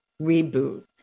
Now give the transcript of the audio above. reboot